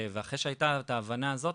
ואחרי שהיתה את ההבנה הזו,